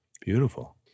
Beautiful